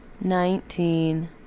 Nineteen